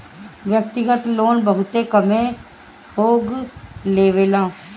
व्यक्तिगत लोन बहुत कमे लोग लेवेला